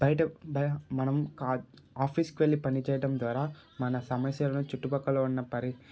బయట బ మనం కా ఆఫీసుకి వెళ్ళి పనిచేయడం ద్వారా మన సమస్యలను చుట్టుపక్కల ఉన్న పరి